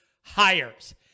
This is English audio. hires